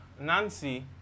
Nancy